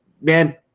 man